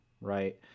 right